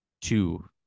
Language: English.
two